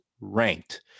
ranked